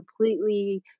completely